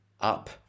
up